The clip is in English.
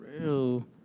real